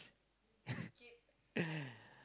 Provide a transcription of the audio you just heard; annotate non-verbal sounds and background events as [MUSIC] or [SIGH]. [LAUGHS]